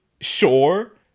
sure